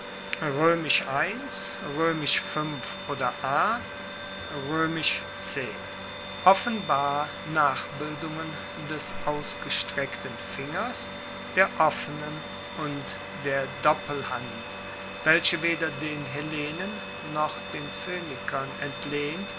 oder a x offenbar nachbildungen des ausgestreckten fingers der offenen und der doppelhand welche weder den hellenen noch den phoenikern entlehnt